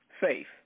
safe